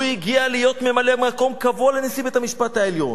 הוא הגיע להיות ממלא-מקום קבוע לנשיא בית-המשפט העליון.